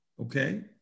Okay